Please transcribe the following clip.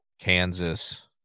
Kansas